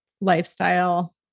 lifestyle